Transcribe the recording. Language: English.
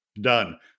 done